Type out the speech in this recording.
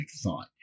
thought